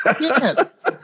Yes